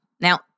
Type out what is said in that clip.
Now